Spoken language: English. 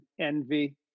envy